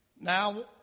Now